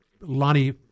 Lonnie